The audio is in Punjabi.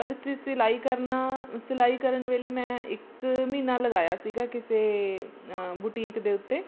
ਪਰ ਅਸੀ ਸਿਲਾਈ ਕਰਨਾ ਸਿਲਾਈ ਕਰਨ ਵੇਲੇ ਮੈਂ ਇੱਕ ਮਹੀਨਾ ਲਗਾਇਆ ਸੀਗਾ ਕਿਸੇ ਬੁਟੀਕ ਦੇ ਉੱਤੇ